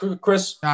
Chris